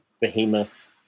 behemoth